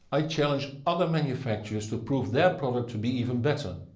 i challenge other manufacturers to prove their product to be even better.